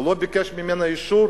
הוא לא ביקש ממנה רשות,